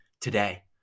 today